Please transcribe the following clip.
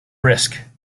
brisk